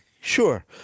sure